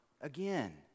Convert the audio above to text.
again